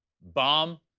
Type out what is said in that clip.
bomb